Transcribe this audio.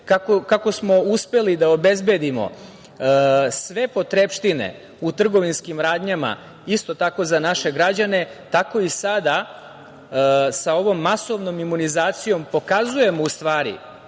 kako smo uspeli da obezbedimo sve potrepštine u trgovinskim radnjama, isto tako za naše građane, tako i sada sa ovom masovnom imunizacijom pokazujemo u stvari